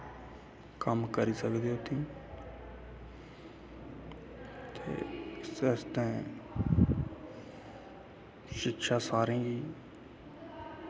कम्म करी सकदे उत्थें ते इस्सै आस्तै शिक्षा सारें गी